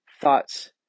thoughts